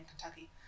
Kentucky